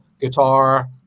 guitar